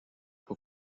pour